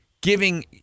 giving